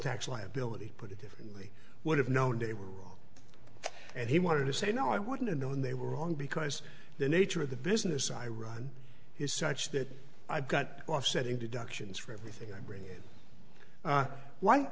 complex liability put it differently would have known they were wrong and he wanted to say no i wouldn't have known they were wrong because the nature of the business i run is such that i've got offsetting